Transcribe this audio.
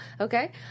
Okay